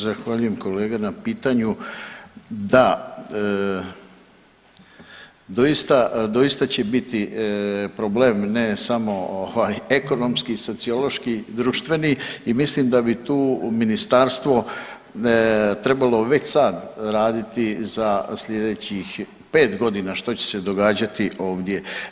Zahvaljujem kolega na pitanju da, doista će biti problem ne samo ekonomski, sociološki, društveni i mislim da bi tu ministarstvo trebalo već sad raditi za sljedećih pet godina što će se događati ovdje.